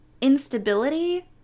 instability